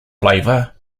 flavor